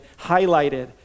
highlighted